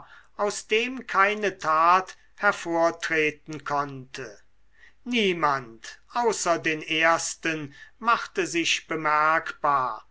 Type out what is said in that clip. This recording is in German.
aus dem keine tat hervortreten konnte niemand außer den ersten machte sich bemerkbar